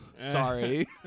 Sorry